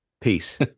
Peace